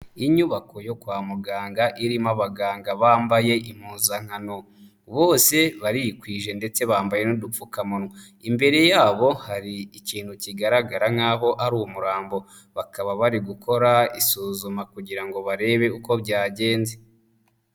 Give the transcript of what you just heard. Inyubako yo kwa muganga irimo abaganga bambaye impuzankano bose barikwije ndetse bambaye n'udupfukamunwa, imbere yabo hari ikintu kigaragara nk'aho ari umurambo bakaba bari gukora isuzuma kugira ngo barebe uko byagenze.